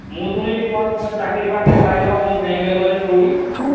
ମୁଁ ଶୁଣିଲି କ'ଣ ତୁମେ ଚାକିରୀ ଫାକରୀ ପାଇଲ କୋଉ ବାଙ୍ଗାଲୋରରେ କୋଉଠି